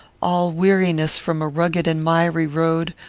all weariness from a rugged and miry road,